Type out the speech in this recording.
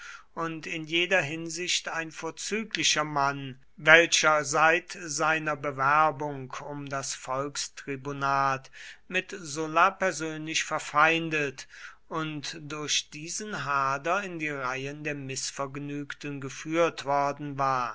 und in jeder hinsicht ein vorzüglicher mann welcher seit seiner bewerbung um das volkstribunat mit sulla persönlich verfeindet und durch diesen hader in die reihen der mißvergnügten geführt worden war